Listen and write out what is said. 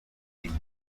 این